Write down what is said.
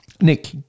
Nick